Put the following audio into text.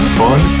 fun